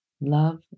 love